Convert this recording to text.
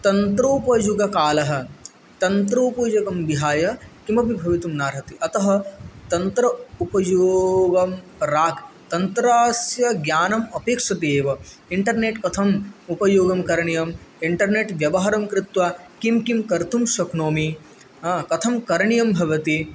तन्त्रोपयुग कालः तन्त्रोपयुगं विहाय किमपि भवितुं नार्हति अतः तन्त्र उपयोगं प्राक् तन्त्रास्य ज्ञानम् अपेक्षते एव इण्टरनेट् कथम् उपयोगं करणीयम् इण्टरनेट् व्यवहारं कृत्वा किं किं कर्तुं शक्नोमि कथं करणीयम् भवति